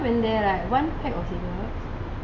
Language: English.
but when I went there right one pack of cigarettes